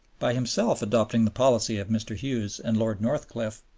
by himself adopting the policy of mr. hughes and lord northcliffe,